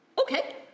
okay